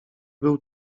był